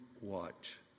watch